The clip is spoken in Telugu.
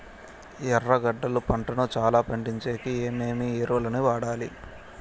ఎర్రగడ్డలు పంటను చానా పండించేకి ఏమేమి ఎరువులని వాడాలి?